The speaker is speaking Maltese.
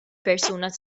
persuna